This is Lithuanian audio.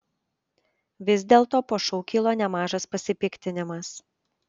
vis dėlto po šou kilo nemažas pasipiktinimas